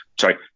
sorry